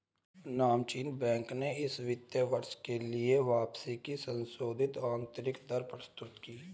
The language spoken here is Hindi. नामचीन बैंक ने इस वित्त वर्ष के लिए वापसी की संशोधित आंतरिक दर प्रस्तुत की